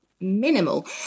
minimal